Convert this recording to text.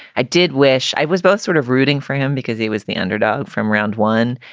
i did wish i was both sort of rooting for him because he was the underdog from round one.